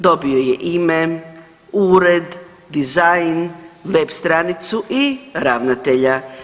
Dobio je ime, ured, dizajn, web stranicu i ravnatelja.